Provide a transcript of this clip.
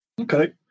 Okay